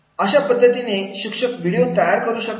अशा पद्धतीने शिक्षक व्हिडिओ तयार करू शकतात